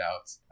out